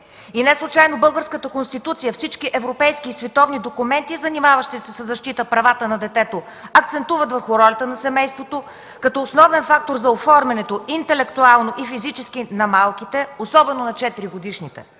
Неслучайно Българската конституция, всички европейски и световни документи, занимаващи се със защита правата на детето, акцентуват върху ролята на семейството като основен фактор за оформянето интелектуално и физически на малките, особено на 4-годишните.